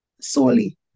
solely